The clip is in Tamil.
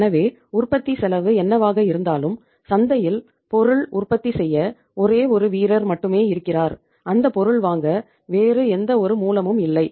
எனவே உற்பத்தி செலவு என்னவாக இருந்தாலும் சந்தையில் பொருள் உற்பத்தி செய்ய ஒரே ஒரு வீரர் மட்டுமே இருக்கிறார் அந்த பொருள் வாங்க வேறு எந்தவொரு மூலமும் இல்லை